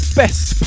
best